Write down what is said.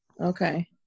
Okay